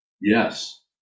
yes